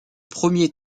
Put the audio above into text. premier